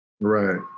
Right